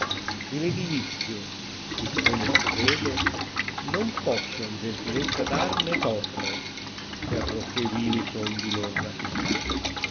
che le divizie siccome si crede non posson gentilezza dar ne torr perocché vili son di lor natura